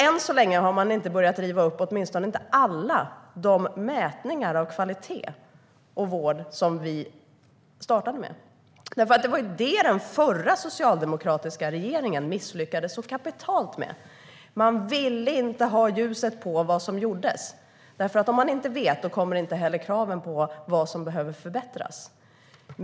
Än så länge har man åtminstone inte börjat riva upp alla de mätningar av kvalitet och vård som vi startade med. Det var det den förra socialdemokratiska regeringen misslyckades så kapitalt med. Man ville inte ha ljuset på vad som gjordes. Om man inte vet kommer inte heller kraven på vad som behöver förbättras.